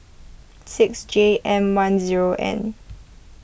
six J M one zero N